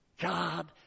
God